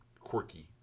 quirky